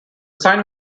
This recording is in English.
sign